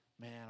Man